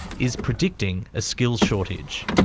is predicting a skills shortage.